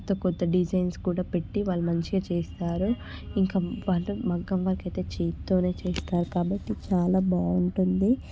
కొత్త కొత్త డిజైన్స్ కూడా పెట్టి వాళ్ళు మంచిగా చేయిస్తారు ఇంకా వాళ్ళు మగ్గం వర్క్ అయితే చేతితోనే చేయిస్తారు కాబట్టి చాలా బాగుంటుంది